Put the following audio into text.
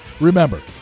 remember